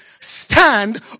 stand